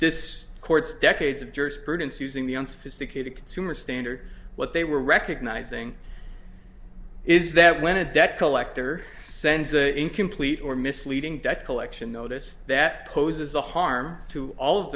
this court's decades of jurisprudence using the unsophisticated consumer standard what they were recognizing is that when a debt collector sends an incomplete or misleading debt collection notice that poses a harm to all of